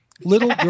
little